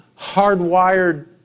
hardwired